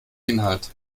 inhalt